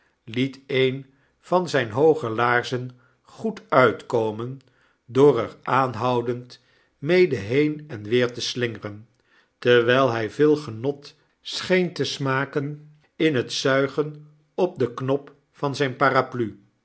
liet een van zjjne hooge laarzen goed uitkomen door er aanhoudend mede heen en weer te slingeren terwijl hij veel genot scheen te smaken in het zuigen op den knop van zyne paraplu